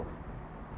of